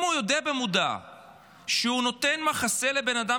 אם הוא יודע במודע שהוא נותן מחסה לבן אדם